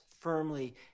firmly